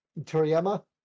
Toriyama